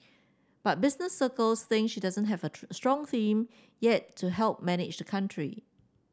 but business circles think she doesn't have a strong team yet to help manage the country